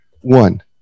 one